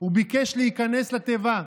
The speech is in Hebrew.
וביקש להיכנס לתיבה,